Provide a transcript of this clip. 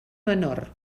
menor